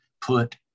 put